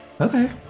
Okay